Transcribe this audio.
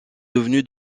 devenu